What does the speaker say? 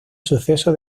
suceso